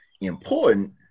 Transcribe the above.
important